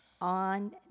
on